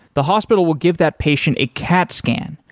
the hospital will give that patient a cat scan,